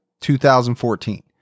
2014